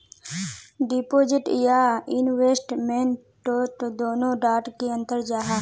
Deposit या investment तोत दोनों डात की अंतर जाहा?